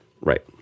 right